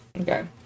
Okay